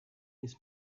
his